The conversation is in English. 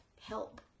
help